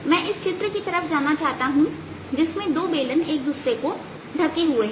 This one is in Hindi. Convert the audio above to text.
मैं इस चित्र की तरफ जाना चाहता हूं जिसमें दो बेलन एक दूसरे को ढके हुए हैं